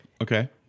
Okay